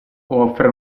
offre